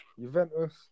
Juventus